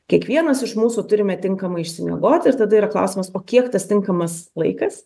kiekvienas iš mūsų turime tinkamai išsimiegoti ir tada yra klausimas o kiek tas tinkamas laikas